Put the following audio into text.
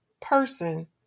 person